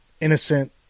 innocent